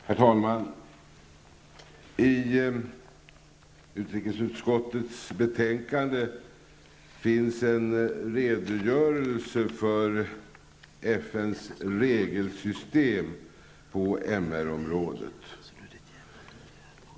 Herr talman! I utrikesutskottets betänkande finns en redogörelse för FNs regelsystem på MR området.